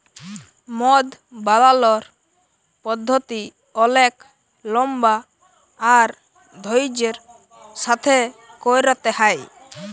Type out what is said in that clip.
মদ বালালর পদ্ধতি অলেক লম্বা আর ধইর্যের সাথে ক্যইরতে হ্যয়